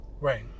Right